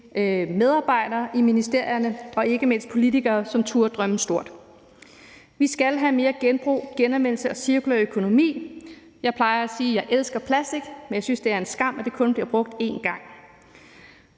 medarbejdere i ministerierne og ikke mindst politikere, som turde drømme stort. Vi skal have mere genbrug, genanvendelse og cirkulær økonomi. Jeg plejer at sige, at jeg elsker plastik, men jeg synes, at det er en skam, at det kun bliver brugt én gang.